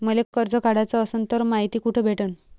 मले कर्ज काढाच असनं तर मायती कुठ भेटनं?